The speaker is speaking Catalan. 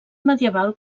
medieval